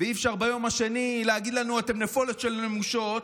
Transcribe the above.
וביום השני להגיד לנו "אתם נפולת של נמושות",